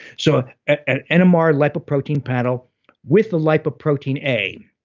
so and and nmr lipoprotein panel with the lipoprotein a.